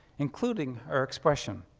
including her expression.